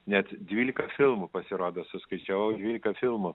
net dvylika filmų pasirodo suskaičiavau dvylika filmų